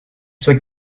soit